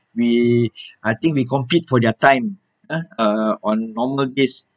we I think we compete for their time eh uh on normal days